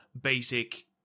basic